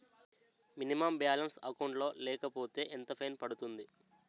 Minimum balance account లో లేకపోతే ఎంత ఫైన్ పడుతుంది?